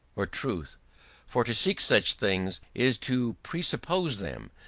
or truth for to seek such things is to presuppose them,